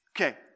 Okay